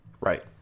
Right